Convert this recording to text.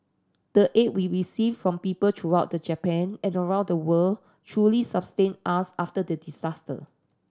the aid we received from people throughout the Japan and around the world truly sustained us after the disaster